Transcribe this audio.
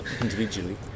individually